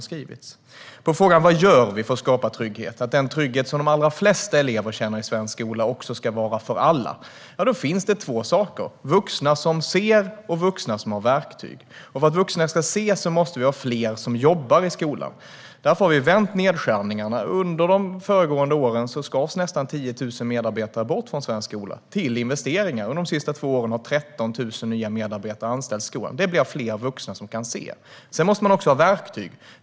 När det gäller frågan om vad vi gör för att skapa trygghet - så att den trygghet som de allra flesta elever känner på svenska skolor ska omfatta alla - handlar det om två saker: vuxna som ser och vuxna som har verktyg. För att vuxna ska se måste fler jobba i skolan. Därför har vi vänt nedskärningarna - under de föregående åren skars nästan 10 000 medarbetare bort från svensk skola - till investeringar. De senaste två åren har 13 000 nya medarbetare anställts i skolan. Det blir fler vuxna som kan se. Sedan måste man också ha verktyg.